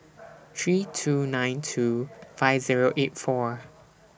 three two nine two five Zero eight four